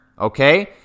okay